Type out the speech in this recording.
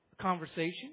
conversation